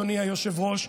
אדוני היושב-ראש,